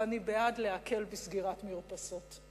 ואני בעד להקל בסגירת מרפסות,